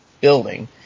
building